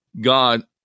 God